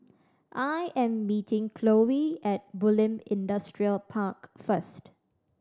I am meeting Chloe at Bulim Industrial Park first